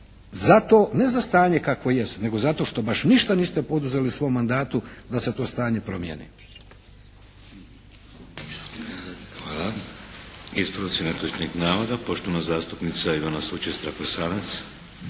zato, ne za stanje kakvo jest, nego zato što baš ništa niste poduzeli u svom mandatu da se to stanje promijeni.